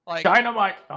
dynamite